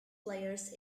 players